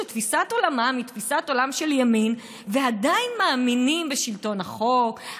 שתפיסת עולמם היא תפיסת עולם של ימין ועדיין הם מאמינים בשלטון החוק,